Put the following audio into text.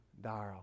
Darrell